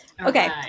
Okay